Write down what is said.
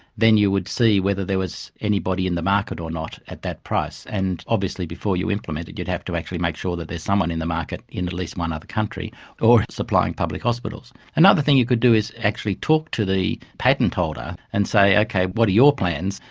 then you would see whether there was anybody in the market or not at that price, and obviously before you implement it you'd have to actually make sure that there's someone in the market in at least one other country or it's supplying public hospitals. another thing you could do is actually talk to the patent holder and say, okay, what are your plans?